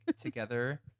together